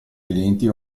clienti